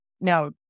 Now